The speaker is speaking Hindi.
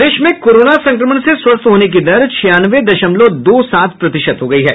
प्रदेश में कोरोना संक्रमण से स्वस्थ होने की दर छियानवे दशमलव दो सात प्रतिशत हो गयी है